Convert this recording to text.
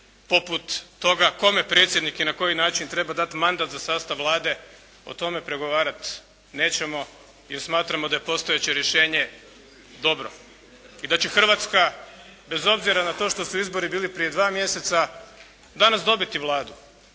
poput toga kome predsjednik i na koji način treba dati mandat za sastav Vlade, tome pregovarat nećemo jer smatramo da je postojeće rješenje dobro. I da će Hrvatska bez obzira na to što su izbori bili prije dva mjeseca danas dobiti Vladu.